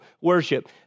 worship